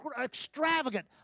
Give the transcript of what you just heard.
extravagant